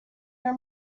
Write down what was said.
your